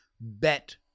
bet